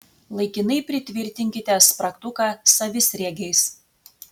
laikinai pritvirtinkite spragtuką savisriegiais